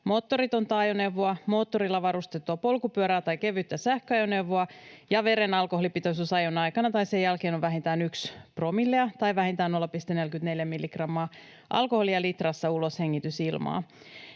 moottoritonta ajoneuvoa, moottorilla varustettua polkupyörää tai kevyttä sähköajoneuvoa ja veren alkoholipitoisuus ajon aikana tai sen jälkeen on vähintään 1 promille tai vähintään 0,44 milligrammaa alkoholia litrassa uloshengitysilmaa.